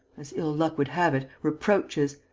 as ill-luck would have it, reproaches.